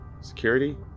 security